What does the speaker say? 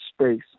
space